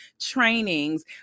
trainings